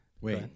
wait